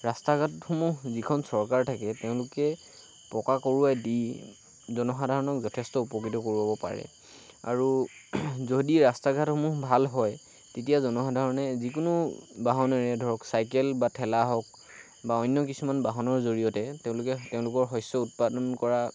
ৰাস্তা ঘাট সমূহ যিখন চৰকাৰ থাকে তেওঁলোকে পকা কৰোৱাই দি জনসাধাৰণক যথেষ্ট উপকৃত কৰোৱাব পাৰে আৰু যদি ৰাস্তা ঘাটসমূহ ভাল হয় তেতিয়া জনসাধাৰণে যিকোনো বাহনেৰে ধৰক চাইকেল বা ধৰক ঠেলা হওক বা অন্য কিছুমান বাহনৰ জৰিয়তে তেওঁলোকে তেওঁলোকৰ শস্য উৎপাদন কৰা